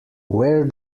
where